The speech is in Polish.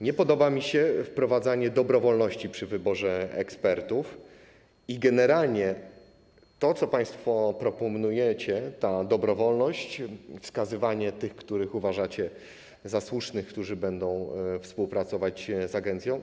Nie podoba mi się wprowadzanie dobrowolności przy wyborze ekspertów, generalnie to, co państwo proponujecie, ta dobrowolność, wskazywanie tych, których uważacie za słusznych, którzy będą współpracować z agencją.